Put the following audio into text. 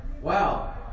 wow